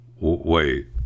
Wait